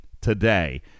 today